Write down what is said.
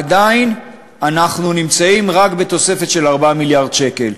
עדיין אנחנו נמצאים רק בתוספת של 4 מיליארד שקל.